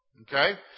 Okay